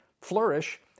flourish